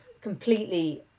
completely